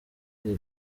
avuye